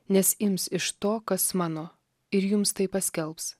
nes ims iš to kas mano ir jums tai paskelbs